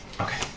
Okay